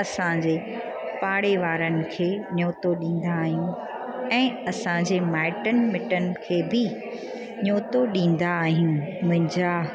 असांजे पाड़े वारनि खे न्यौतो ॾींदा आहियूं ऐं असांजे माइटनि मिटनि खे बि न्यौतो ॾींदा आहियूं मुंहिंजा